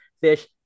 fish